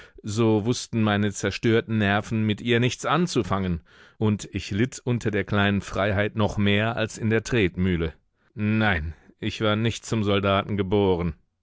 so wußten meine zerstörten nerven mit ihr nichts anzufangen und ich litt unter der kleinen freiheit noch mehr als in der tretmühle nein ich war nicht zum soldaten geboren